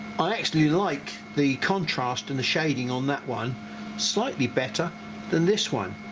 i actually like the contrast and the shading on that one slightly better than this one.